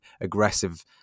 aggressive